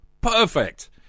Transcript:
Perfect